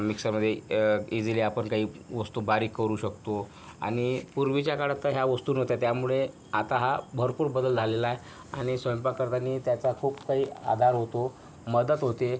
मिक्सरमध्ये इजीली आपण काही वस्तू बारीक करू शकतो आणि पूर्वीच्या काळात तर ह्या वस्तू नव्हत्या त्यामुळे आता हा भरपूर बदल झालेला आहे आणि स्वयंपाक करताना त्याचा खूप काही आधार होतो मदत होते